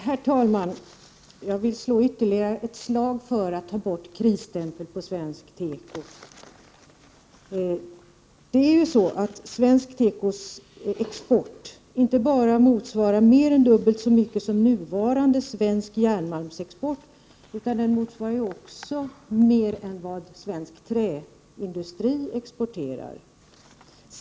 Herr talman! Jag vill slå ytterligare ett slag för att man skall ta bort krisstämpeln från svensk teko. Export av svenska tekoprodukter motsvarar i dag inte bara mer än dubbelt så mycket som svensk järnmalmsexport, utan den motsvarar också mer än vad svensk träindustri exporterar.